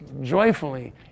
joyfully